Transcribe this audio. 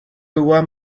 want